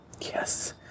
Yes